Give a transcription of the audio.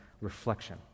reflection